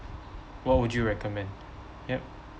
what would you recommend yup